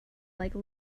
like